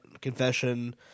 confession